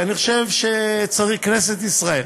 אני חושב שכנסת ישראל